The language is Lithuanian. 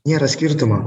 nėra skirtumo